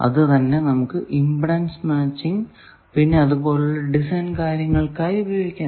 അത് തന്നെ നമുക്ക് ഇമ്പിഡൻസ് മാച്ചിങ് പിന്നെ അതുപോലുള്ള ഡിസൈൻ കാര്യങ്ങൾ എന്നിവയ്ക്കായി ഉപയോഗിക്കാം